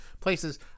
places